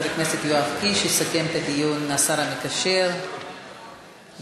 יסכם את הדיון השר המקשר יריב